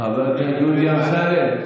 חבר הכנסת דודי אמסלם,